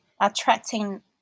attracting